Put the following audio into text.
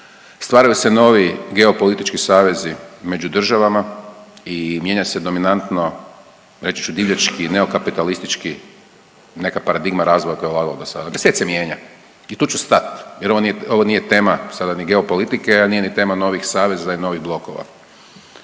Stvaraju se novi geopolitički savez8i među državama i mijenja se dominantno reći ću divljački, neokapitalistički neka paradigma razvoja koja je vladala do sada. Svijet se mijenja i tu ću stati jer ovo nije tema sada ni geopolitike, a nije ni tema novih saveza i novih blokova.